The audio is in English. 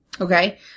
Okay